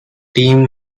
team